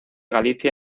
galicia